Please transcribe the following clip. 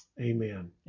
Amen